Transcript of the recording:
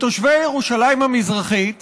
תושבי ירושלים המזרחית,